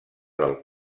del